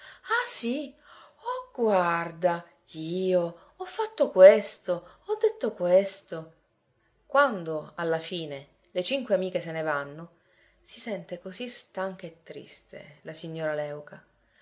ah sì oh guarda io ho fatto questo ho detto questo quando alla fine le cinque amiche se ne vanno si sente così stanca e triste la signora léuca